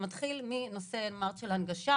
זה מתחיל מנושא ההנגשה,